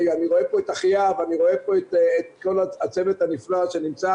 ואני רואה פה את אחיה ואני רואה פה את כל הצוות הנפלא שנמצא.